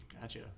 Gotcha